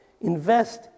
invest